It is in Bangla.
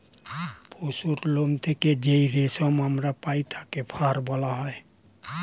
পশুর লোম থেকে যেই রেশম আমরা পাই তাকে ফার বলা হয়